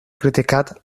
criticat